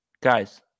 Guys